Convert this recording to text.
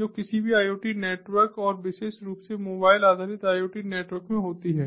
जो किसी भी IoT नेटवर्क और विशेष रूप से मोबाइल आधारित IoT नेटवर्क में होती है